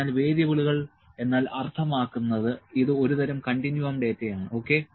അതിനാൽ വേരിയബിളുകൾ എന്നാൽ അർത്ഥമാക്കുന്നത് ഇത് ഒരുതരം കണ്ടിന്യൂവം ഡാറ്റയാണ് ഓക്കേ